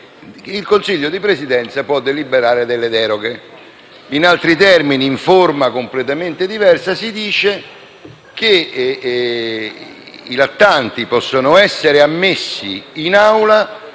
il Consiglio di Presidenza può deliberare delle deroghe. In altri termini, in forma completamente diversa, si dice che i lattanti possono essere ammessi in Aula